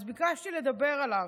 אז ביקשתי לדבר עליו.